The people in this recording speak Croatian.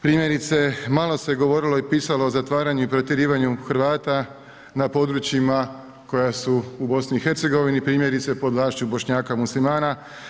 Primjerice, malo se govorilo i pisalo o zatvaranju i protjerivanju Hrvata na područjima koja su u BiH primjerice, pod vlašću Bošnjaka muslimana.